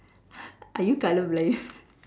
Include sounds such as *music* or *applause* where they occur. *laughs* are you colour blind *laughs*